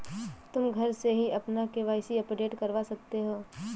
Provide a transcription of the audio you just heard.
तुम घर से ही अपना के.वाई.सी अपडेट करवा सकते हो